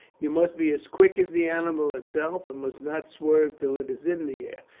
you must be as quick as the animal itself, and must not swerve till it is in the air.